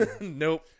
Nope